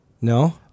No